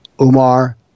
Umar